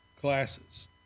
classes